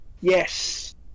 yes